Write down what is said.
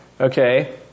okay